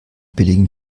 billigen